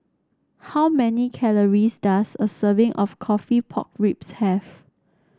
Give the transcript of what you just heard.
how many calories does a serving of coffee Pork Ribs have